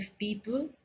people